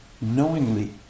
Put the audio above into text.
knowingly